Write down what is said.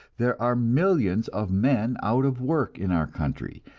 there are millions of men out of work in our country,